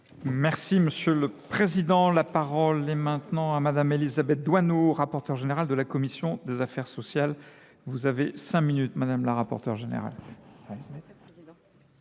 Merci Monsieur le Président. La parole est maintenant à Madame Elisabeth Douano, rapporteure générale de la Commission des Affaires sociales. Vous avez cinq minutes Madame la rapporteure générale.